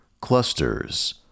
clusters